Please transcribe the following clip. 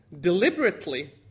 deliberately